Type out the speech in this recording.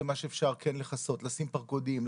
מה שאפשר לכסות אז לשים פרגודים,